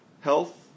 health